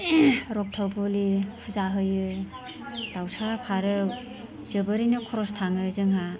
रक्त बोलि फुजा होयो दाउसा फारौ जोबोरैनो खरस थाङो जोंहा